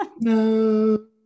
no